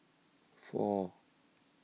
four